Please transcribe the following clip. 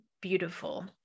beautiful